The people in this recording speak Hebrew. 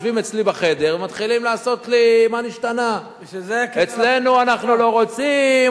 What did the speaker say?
יושבים אצלי בחדר ומתחילים לעשות לי מה נשתנה: אצלנו אנחנו לא רוצים,